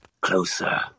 closer